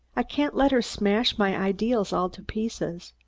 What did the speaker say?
i can't let her smash my ideals all to pieces.